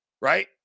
right